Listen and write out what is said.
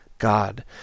God